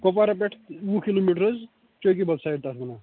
کۄپوارا پٮ۪ٹھ وُہ kilometre حظ چوکی بَل سایڈ تَتھ وَنان